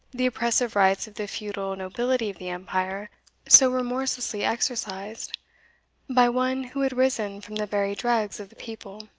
the oppressive rights of the feudal nobility of the empire so remorselessly exercised by one who had risen from the very dregs of the people.